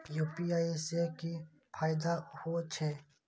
UPI से की फायदा हो छे?